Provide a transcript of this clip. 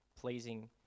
pleasing